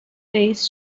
رئیس